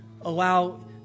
allow